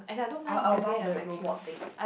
I I will buy the robot thing